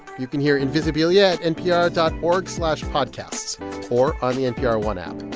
you can hear invisibilia at npr dot org slash podcasts or on the npr one app.